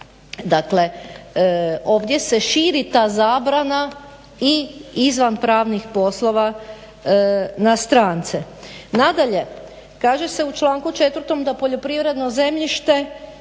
Dakle ovdje se širi ta zabrana i izvan pravnih poslova na strance. Nadalje kaže se u članku 4. da poljoprivredno zemljište